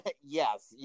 yes